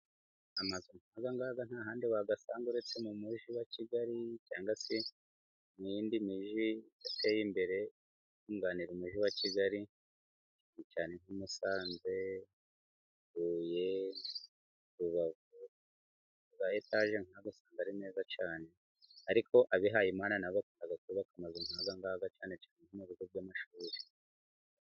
Amazu nk'aya ngaya nta handi wayasanga uretse mu mugi wa Kigali, cyangwa se mu yindi migi yateye imbere yunganira umujyi wa Kigali cyane nka Musanze, Huye ,Rubavu .Ama etaje nk'aya usanga ari meza cyane ariko abihaye Imana na bo bakunda kubaka amazu nk'aya ngaya, cyane cyane nko mu bigo by'amashuri.